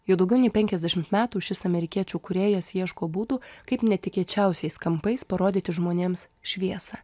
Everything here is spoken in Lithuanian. jau daugiau nei penkiasdešimt metų šis amerikiečių kūrėjas ieško būdų kaip netikėčiausiais kampais parodyti žmonėms šviesą